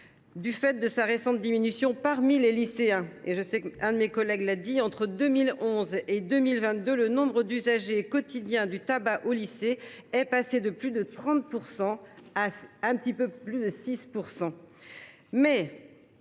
du fait de sa récente diminution parmi les lycéens. Cela a déjà été dit, entre 2011 et 2022, le nombre d’usagers quotidiens du tabac au lycée est passé de plus de 30 % à un peu plus de 6 %.